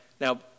now